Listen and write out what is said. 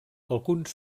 alguns